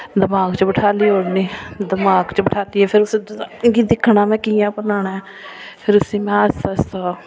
दमाक च बठाली ओड़नी दमाक च बठालियै फिर उस्सी डिजाइन गी दिक्खना में कि'यां बनाना ऐ फिर उस्सी में आस्ता आस्ता